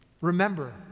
Remember